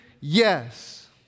yes